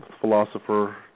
Philosopher